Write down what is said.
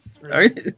Right